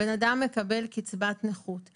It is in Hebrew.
הוא מקבל קצבת נכות.